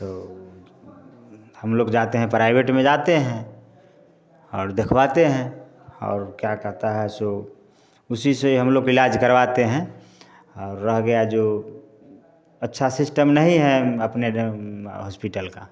तो हम लोग जाते हैं प्राइवेट में जाते हैं और दिखवाते हैं और क्या कहता है सो उसी से हम लोग इलाज करवाते हैं और रह गया जो अच्छा सिस्टम नहीं है अपने जौन हॉस्पिटल का